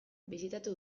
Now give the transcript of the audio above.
bisitatu